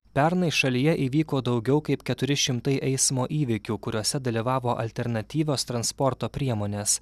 pernai šalyje įvyko daugiau kaip keturi šimtai eismo įvykių kuriuose dalyvavo alternatyvios transporto priemonės